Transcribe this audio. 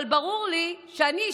אבל ברור לי שאני,